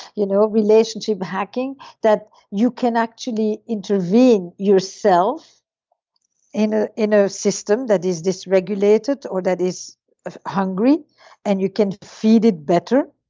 you know relationship hacking that you can actually intervene yourself in a you know system that is dysregulated or that is ah hungry and you can feed it better.